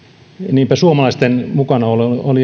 niinpä suomalaisten mukanaolo siellä oli